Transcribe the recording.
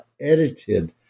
edited